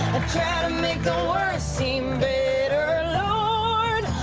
try to make the worst seem better lord,